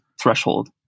threshold